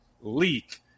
leak